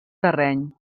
terreny